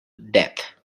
death